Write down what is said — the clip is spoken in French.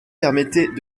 permettait